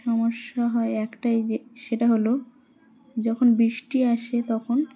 সমস্যা হয় একটাই যে সেটা হলো যখন বৃষ্টি আসে তখন